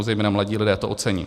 Zejména mladí lidé to ocení.